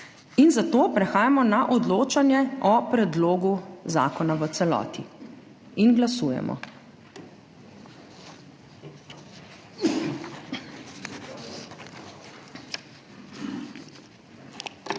zato prehajamo na odločanje o predlogu zakona v celoti. Glasujemo.